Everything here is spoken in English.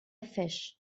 fish